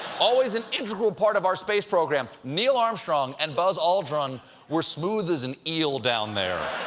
always an integral part of our space program. neil armstrong and buzz aldrin were smooth as an eel down there.